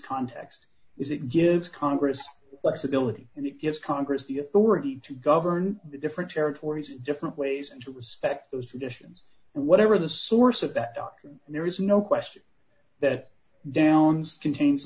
context is it gives congress less ability and it gives congress the authority to govern the different territories in different ways and to respect those traditions and whatever the source of that and there is no question that downs contains